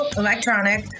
electronic